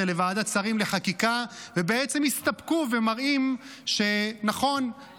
לוועדת שרים לחקיקה ובעצם הסתפקו ומראים שנכון,